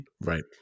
Right